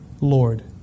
Lord